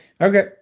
Okay